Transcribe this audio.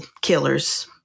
killers